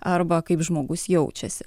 arba kaip žmogus jaučiasi